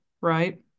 right